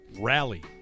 rally